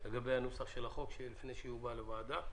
של החוק לפני שהוא יובא לוועדה.